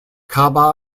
kaba